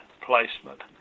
placement